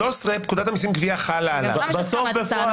פקודת המיסים חלה על 13. בסוף בפועל,